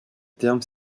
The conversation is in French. terme